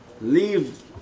leave